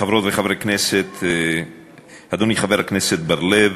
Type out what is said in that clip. חברות וחברי כנסת, אדוני חבר הכנסת בר-לב,